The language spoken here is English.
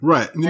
Right